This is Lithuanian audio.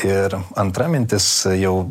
ir antra mintis jau